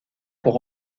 pour